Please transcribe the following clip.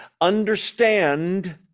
understand